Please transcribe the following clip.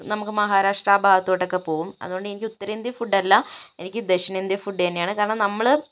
നമുക്ക് മഹാരാഷ്ട്ര ആ ഭാഗത്തോട്ടൊക്കെ പോവും അതുകൊണ്ടെനിക്ക് ഉത്തരേന്ത്യ ഫുഡ്ഡല്ല എനിക്ക് ദക്ഷിണേന്ത്യൻ ഫുഡ്ഡ് തന്നെയാണ് കാരണം നമ്മൾ